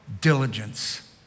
diligence